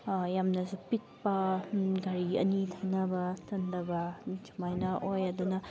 ꯌꯥꯝꯅꯁꯨ ꯄꯤꯛꯄ ꯒꯥꯔꯤ ꯑꯅꯤ ꯊꯩꯅꯕ ꯆꯟꯗꯕ ꯁꯨꯃꯥꯏꯅ ꯑꯣꯏ ꯑꯗꯨꯅ